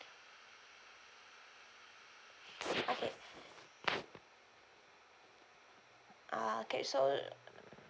okay ah okay so